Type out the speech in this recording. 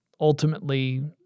ultimately